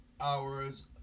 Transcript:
hours